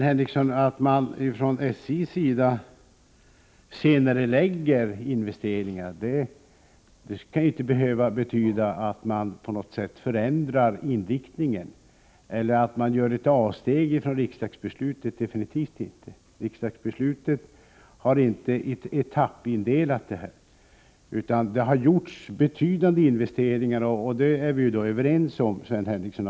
Herr talman! Nej, Sven Henricsson, att SJ senarelägger investeringar behöver inte betyda att SJ på något sätt förändrar inriktningen av arbetet med upprustningen av inlandsbanan och absolut inte att SJ gör ett avsteg från 13 riksdagsbeslutet. I riksdagsbeslutet har detta arbete inte etappindelats. Det har gjorts betydande investeringar, och det är vi överens om, Sven Henricsson.